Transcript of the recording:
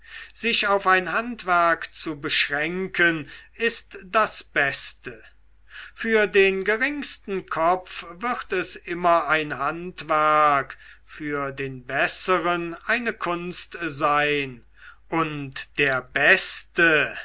sich auf ein handwerk zu beschränken ist das beste für den geringsten kopf wird es immer ein handwerk für den besseren eine kunst und der beste